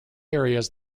areas